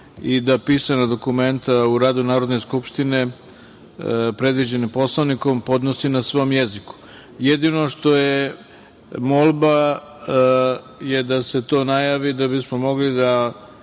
i da pisana dokumenta u radu Narodne skupštine, predviđena Poslovnikom, podnosi na svom jeziku. Jedino što je molba je da se to najavi da bismo mogli da